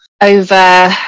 over